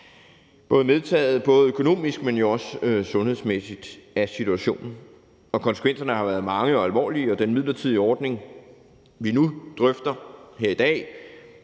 være medtaget både økonomisk, men jo også sundhedsmæssigt af situationen. Konsekvenserne har jo været mange og alvorlige, og den midlertidige ordning, vi nu drøfter her i dag,